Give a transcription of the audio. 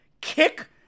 kick